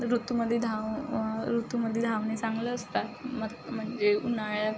ऋतूमध्ये धाव ऋतूमध्ये धावणे चांगले असतात मत म्हणजे उन्हाळ्यात